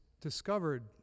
discovered